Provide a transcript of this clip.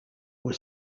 were